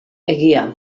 egia